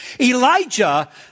Elijah